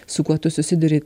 su kuo tu susiduri